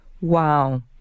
Wow